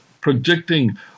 predicting